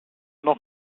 noch